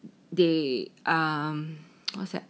they um what's that